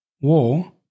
War